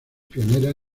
pionera